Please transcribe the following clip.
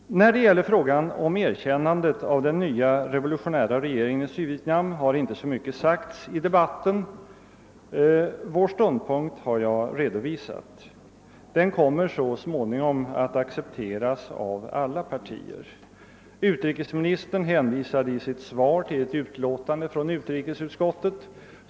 När det gäller frågan om erkännande av den nya revolutionära regeringen i Sydvietnam har inte mycket sagts i debatten. Vår ståndpunkt har jag redovisat. Den kommer så småningom att accepteras av alla partier. Utrikesministern hänvisade i sitt svar till ett utlåtande från utrikesutskottet.